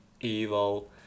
evil